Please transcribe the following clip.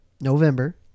November